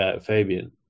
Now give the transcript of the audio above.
Fabian